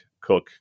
cook